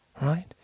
right